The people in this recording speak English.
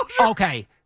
Okay